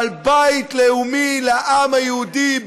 אבל בית לאומי לעם היהודי,